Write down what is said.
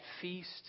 feast